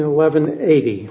eleven eighty